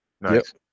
Nice